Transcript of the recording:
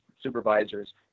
supervisors